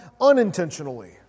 unintentionally